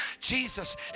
Jesus